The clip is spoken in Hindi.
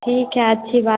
ठीक है अच्छी बात